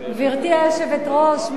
היושבת-ראש,